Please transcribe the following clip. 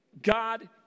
God